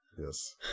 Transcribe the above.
Yes